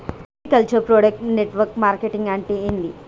Agriculture product network marketing అంటే ఏంది?